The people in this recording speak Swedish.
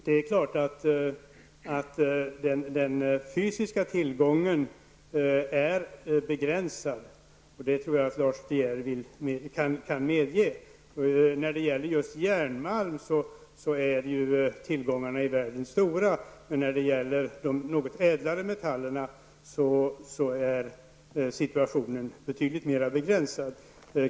Det är klart att den fysiska tillgången är begränsad. Det tror jag att Lars De Geer kan medge. När det gäller just järnmalm är tillgångarna i världen stora, men när det gäller de något ädlare metallerna är förekomsten betydligt mera begränsad.